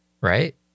right